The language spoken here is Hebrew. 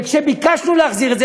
וכשביקשנו להחזיר את זה,